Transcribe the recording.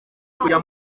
kujya